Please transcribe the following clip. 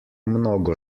mnogo